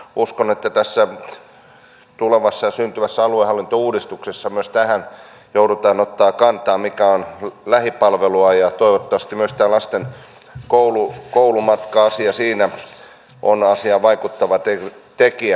uskon että tässä tulevassa ja syntyvässä aluehallintouudistuksessa myös tähän joudutaan ottamaan kantaa mikä on lähipalvelua ja toivottavasti myös tämä lasten koulumatka asia siinä on asiaan vaikuttava tekijä